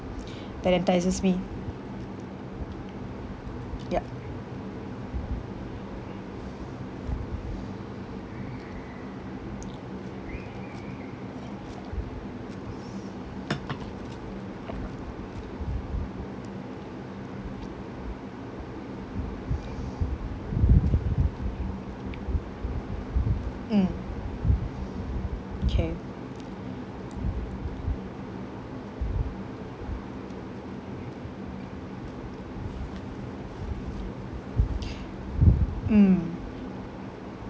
that entices me ya mm K mm